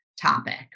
topic